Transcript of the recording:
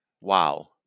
Wow